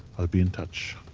i'll be in touch.